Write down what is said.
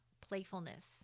playfulness